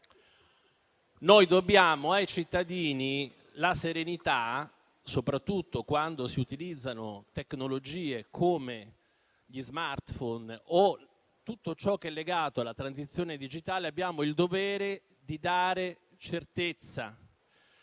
Noi dobbiamo ai cittadini la serenità, soprattutto quando si utilizzano tecnologie come gli *smartphone* o tutto ciò che è legato alla transizione digitale. Abbiamo il dovere di dare certezza